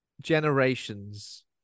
generations